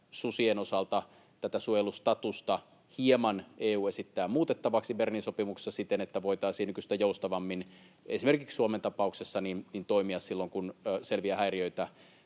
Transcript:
susien osalta suojelustatusta hieman EU esittää muutettavaksi Bernin sopimuksessa siten, että voitaisiin nykyistä joustavammin esimerkiksi Suomen tapauksessa toimia silloin, kun selviä häiriöitä